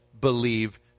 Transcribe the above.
believe